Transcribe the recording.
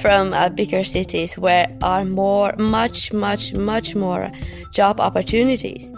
from ah bigger cities where are more, much, much much more job opportunities.